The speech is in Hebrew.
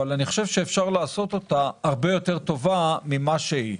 אבל אפשר לעשות אותה הרבה יותר טובה ממה שהיא.